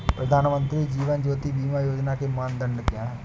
प्रधानमंत्री जीवन ज्योति बीमा योजना के मानदंड क्या हैं?